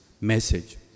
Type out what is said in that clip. message